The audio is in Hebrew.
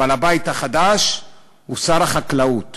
הבעל-בית החדש הוא שר החקלאות